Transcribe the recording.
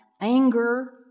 anger